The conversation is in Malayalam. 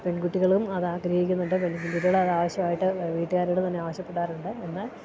പെൺകുട്ടികളും അതാഗ്രഹിക്കുന്നുണ്ട് പെൺകുട്ടികള് അത് ആവശ്യമായിട്ട് വീട്ടുകാരോട് തന്നെ ആവശ്യപ്പെടാറുണ്ട് എന്നാൽ